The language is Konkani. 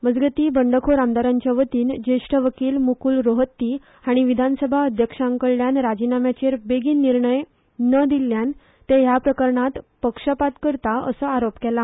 मजगती बंडखोर आमदारांच्यावतीन ज्येष्ठ वकील मुकुल रोहत्ती हाणी विधानसभा अध्यक्षांकडल्यान राजीनाम्याचेर बेगीन निर्णय न दिल्ल्यान ते ह्या प्रकरणात पक्षपात करतात असो आरोप केला